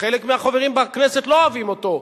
שחלק מהחברים בכנסת לא אוהבים אותו,